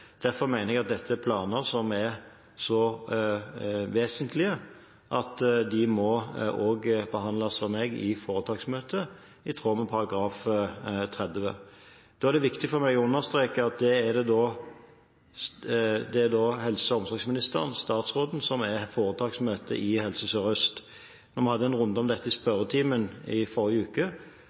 Derfor mener jeg at dette er planer som er så vesentlige at de må behandles av meg i foretaksmøtet, i tråd med § 30. Det er viktig for meg å understreke at det er helse- og omsorgsministeren, statsråden, som er foretaksmøtet i Helse Sør-Øst. Da vi hadde en runde om dette i spørretimen i forrige uke,